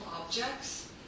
objects